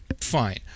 fine